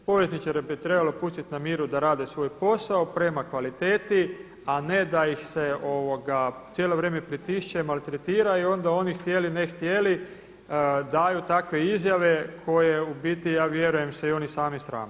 Povjesničare bi trebalo pustiti na miru da rade svoj posao prema kvaliteti, a ne da ih se cijelo vrijeme pritišće i maltretira i onda oni htjeli ne htjeli daju takve izjave koje u biti ja vjerujem se i oni sami srame.